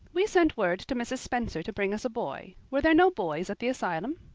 we sent word to mrs. spencer to bring us a boy. were there no boys at the asylum?